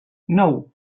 nou